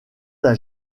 d’un